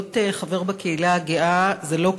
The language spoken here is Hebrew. להיות חבר בקהילה הגאה זה לא,